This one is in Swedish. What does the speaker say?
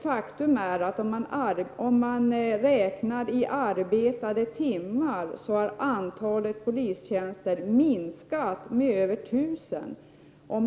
Faktum är emellertid att om man räknar i arbetade timmar, så finner man att antalet polistjänster i stället har minskat med över 1 000.